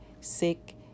sick